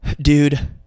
dude